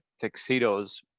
tuxedos